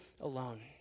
alone